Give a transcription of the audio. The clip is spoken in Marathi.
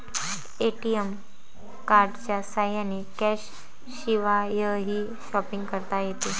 ए.टी.एम कार्डच्या साह्याने कॅशशिवायही शॉपिंग करता येते